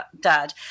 Dad